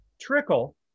trickle